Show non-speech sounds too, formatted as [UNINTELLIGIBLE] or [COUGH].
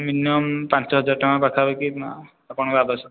minimum ପାଞ୍ଚ ହଜାର ଟଙ୍କା ପାଖାପାଖି [UNINTELLIGIBLE] ଆପଣଙ୍କ